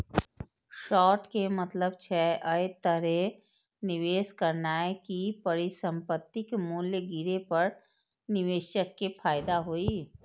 short के मतलब छै, अय तरहे निवेश करनाय कि परिसंपत्तिक मूल्य गिरे पर निवेशक कें फायदा होइ